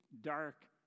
dark